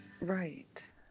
Right